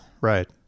right